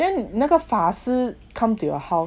then then 那个法师 come to your house meh